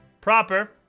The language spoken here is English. proper